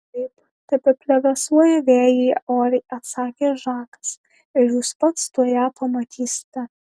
taip tebeplevėsuoja vėjyje oriai atsakė žakas ir jūs pats tuoj ją pamatysite